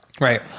Right